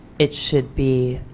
it should be,